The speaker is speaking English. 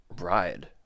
ride